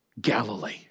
Galilee